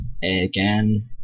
Again